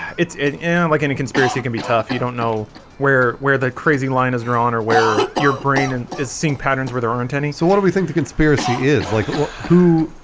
it's it and like any conspiracy can be tough you don't know where where the crazy line is drawn or where your brain and is seeing patterns where there aren't any so what do we think the conspiracy is like well who?